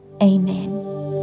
Amen